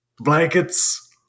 Blankets